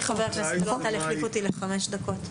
חבר הכנסת אלון טל יחליף אותי לחמש דקות.